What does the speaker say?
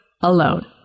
alone